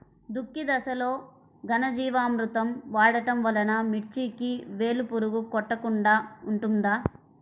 దుక్కి దశలో ఘనజీవామృతం వాడటం వలన మిర్చికి వేలు పురుగు కొట్టకుండా ఉంటుంది?